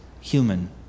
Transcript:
human